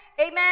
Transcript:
amen